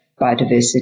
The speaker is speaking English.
biodiversity